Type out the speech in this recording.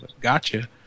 Gotcha